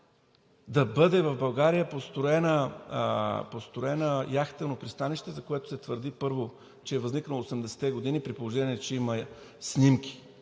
да бъде построено яхтено пристанище, за което се твърди, първо, че е възникнало 80-те години, при положение че има снимки,